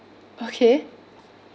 okay